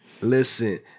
Listen